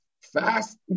Fast